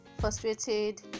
frustrated